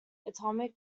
atomic